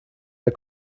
der